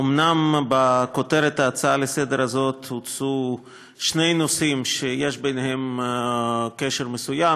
אומנם בכותרת ההצעה לסדר-היום הזאת הוצעו שני נושאים שיש בהם קשר מסוים,